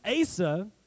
Asa